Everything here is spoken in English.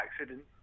accident